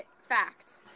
fact